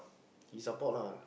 he support lah